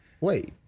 wait